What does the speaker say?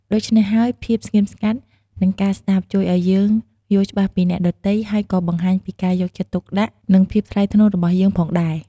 ដូច្នេះហើយ ភាពស្ងៀមស្ងាត់ និងការស្តាប់ ជួយឲ្យយើងយល់ច្បាស់ពីអ្នកដទៃ ហើយក៏បង្ហាញពីការយកចិត្តទុកដាក់ និងភាពថ្លៃថ្នូររបស់យើងផងដែរ។